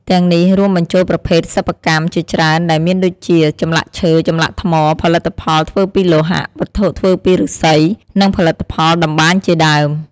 ទាំងនេះរួមបញ្ចូលប្រភេទសិប្បកម្មជាច្រើនដែលមានដូចជា ចម្លាក់ឈើ ចម្លាក់ថ្ម ផលិតផលធ្វើពីលោហៈ វត្ថុធ្វើពីឫស្សី និងផលិតផលតម្បាញជាដើម។